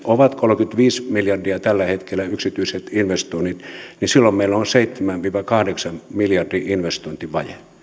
ovat kolmekymmentäviisi miljardia tällä hetkellä yksityiset investoinnit niin silloin meillä on seitsemän viiva kahdeksan miljardin investointivaje